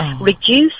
reduce